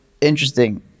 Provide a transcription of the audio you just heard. interesting